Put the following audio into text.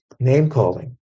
name-calling